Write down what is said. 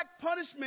punishment